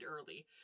early